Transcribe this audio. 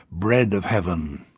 bread of heaven.